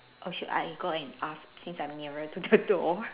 or should I go and ask since I'm nearer to the door